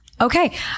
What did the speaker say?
Okay